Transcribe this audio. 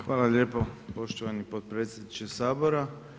Hvala lijepo poštovani potpredsjedniče Sabora.